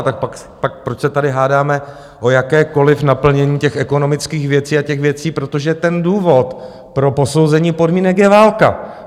Tak proč se tady hádáme o jakékoliv naplnění těch ekonomických věcí a těch věcí, protože ten důvod pro posouzení podmínek je válka.